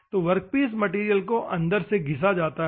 तो workpiece material को अंदर से घिसा जाता है